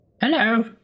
Hello